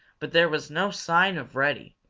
but there was no sign of reddy,